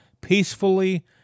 peacefully